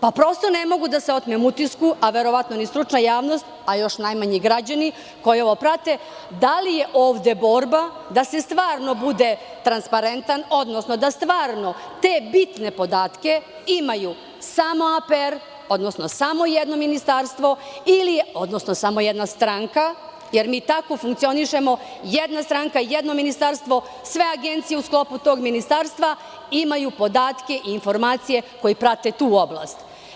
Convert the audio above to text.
Prosto ne mogu da se otmem utisku a verovatno ni stručna javnost, a još najmanje građani koji ovo prate, da li je ovde borba da se stvarno bude transparentan, odnosno da stvarno te bitne podatke imaju samo APR, odnosno samo jedno ministarstvo, odnosno samo jedna stranka, jer mi tako funkcionišemo, jedna stranka, jedno ministarstvo, sve agencije u sklopu tog ministarstva imaju podatke i informacije koji prate tu oblast?